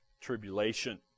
tribulation